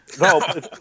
No